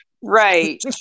Right